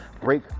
break